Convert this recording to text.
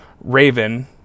Raven